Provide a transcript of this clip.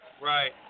Right